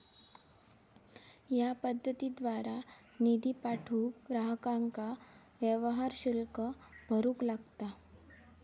या पद्धतीद्वारा निधी पाठवूक ग्राहकांका व्यवहार शुल्क भरूक लागता